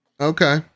Okay